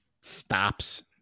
stops